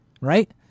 right